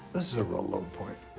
this is a real low point.